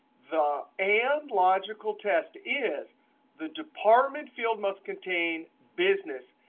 the and logical test is the department field must contain business,